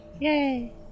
Yay